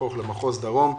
להפוך למחוז דרום.